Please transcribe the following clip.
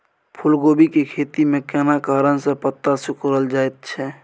फूलकोबी के खेती में केना कारण से पत्ता सिकुरल जाईत छै?